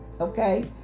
Okay